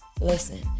Listen